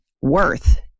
Worth